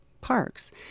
parks